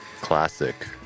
classic